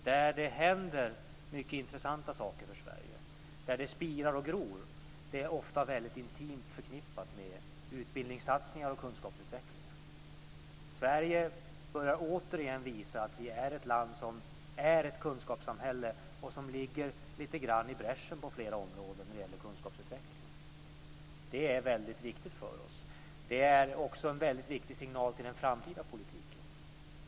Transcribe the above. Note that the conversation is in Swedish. Där det händer intressanta saker för Sverige, där det spirar och gror, är ofta intimt förknippat med utbildningssatsningar och kunskapsutveckling. Sverige börjar återigen visa att Sverige är ett kunskapssamhälle som ligger lite grann i bräschen på flera områden när det gäller kunskapsutveckling. Det är viktigt för oss. Det är också en viktig signal till den framtida politiken.